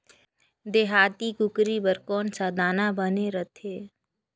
देहाती कुकरी बर कौन सा दाना बने रथे?